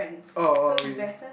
oh oh okay